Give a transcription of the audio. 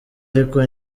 ariko